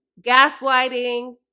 gaslighting